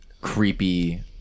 creepy